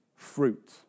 Fruit